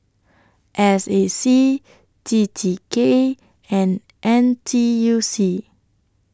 S A C T T K and N T U C